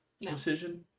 decision